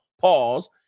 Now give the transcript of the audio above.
Pause